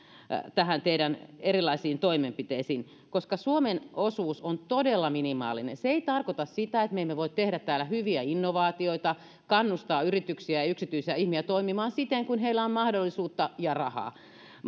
näihin teidän erilaisiin toimenpiteisiin koska suomen osuus on todella minimaalinen se ei tarkoita sitä että me emme voi tehdä täällä hyviä innovaatioita ja kannustaa yrityksiä ja ja yksityisiä ihmisiä toimimaan siten kuin heillä on mahdollisuutta ja rahaa